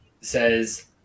says